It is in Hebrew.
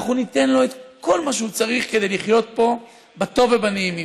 אנחנו ניתן לו את כל מה שהוא צריך כדי לחיות פה בטוב ובנעימים,